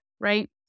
right